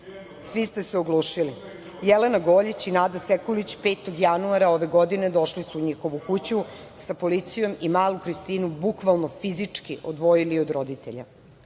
ste se oglušili. Jelena Goljić i Nada Sekulić 5. januara ove godine došli su u njihovu kuću sa policijom i malu Kristinu bukvalno fizički odvojili od roditelja.